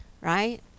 right